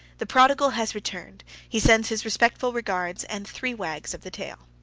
the prodigal has returned. he sends his respectful regards, and three wags of the tail.